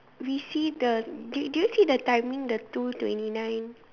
receive the did you see the timing the two twenty nine